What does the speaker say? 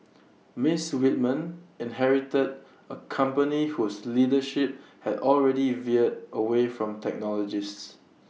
miss Whitman inherited A company whose leadership had already veered away from technologists